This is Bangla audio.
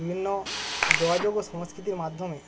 বিভিন্ন যোগাযোগ ও সংস্কৃতির মাধ্যমে